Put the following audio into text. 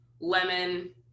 lemon